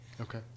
Okay